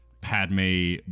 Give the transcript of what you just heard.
Padme